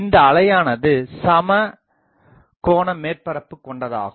இந்த அலையானது சமகோண மேற்பரப்புக் கொண்டது ஆகும்